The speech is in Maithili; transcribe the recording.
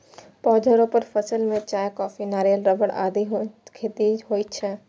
पौधारोपण फसल मे चाय, कॉफी, नारियल, रबड़ आदिक खेती होइ छै